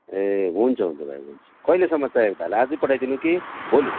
ए हुन्छ हुन्छ भाइ हुन्छ कहिलेसम्म चाहिएको भाइलाई आजै पठाइदिनु कि भोलि